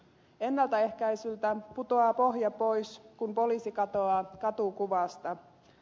ennaltaehkäisyltä putoaa pohja pois kun poliisi katoaa katukuvasta